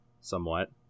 somewhat